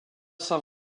saint